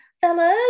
fellas